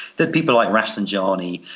that people like rafsanjani,